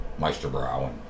Meisterbrow